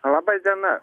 laba diena